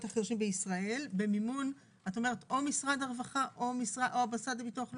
החירשים בישראל במימון משרד הרווחה או המוסד לביטוח לאומי?